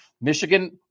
Michigan